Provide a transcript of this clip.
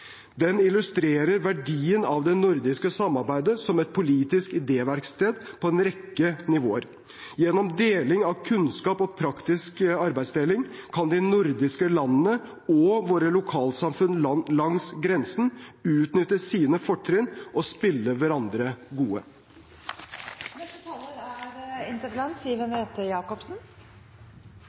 Den illustrerer verdien av det nordiske samarbeidet som et politisk idéverksted på en rekke nivåer. Gjennom deling av kunnskap og praktisk arbeidsdeling kan de nordiske landene og våre lokalsamfunn langs grensen utnytte sine fortrinn og spille hverandre